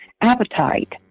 appetite